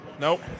Nope